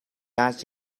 яаж